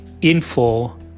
info